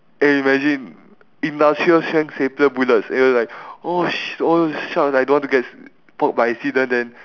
eh imagine industrial strength stapler bullets and you'll like oh shi~ oh shucks I don't want to get s~ poke by accident then